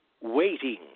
waiting